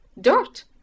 dirt